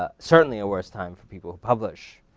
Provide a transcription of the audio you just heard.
ah certainly a worse time for people who publish